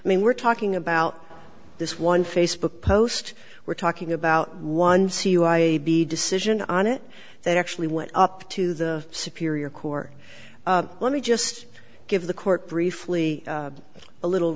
i mean we're talking about this one facebook post we're talking about one see a decision on it that actually went up to the superior court let me just give the court briefly a little